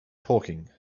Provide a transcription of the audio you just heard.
talking